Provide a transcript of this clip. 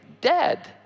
dead